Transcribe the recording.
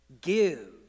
Give